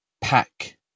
pack